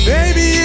Baby